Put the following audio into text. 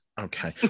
Okay